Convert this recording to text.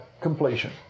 completion